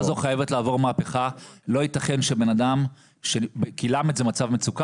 במיוחד חבר'ה של יום כיפור ושל"ג שלא טופלו כמו שצריך,